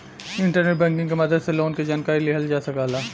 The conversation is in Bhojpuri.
इंटरनेट बैंकिंग क मदद से लोन क जानकारी लिहल जा सकला